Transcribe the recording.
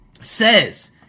says